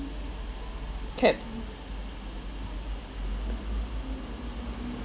cabs